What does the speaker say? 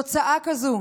תוצאה כזו